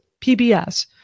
PBS